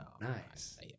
nice